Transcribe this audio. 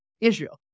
Israel